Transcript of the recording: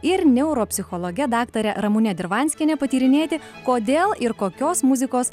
ir neuropsichologe daktare ramune dirvanskiene patyrinėti kodėl ir kokios muzikos